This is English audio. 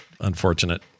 Unfortunate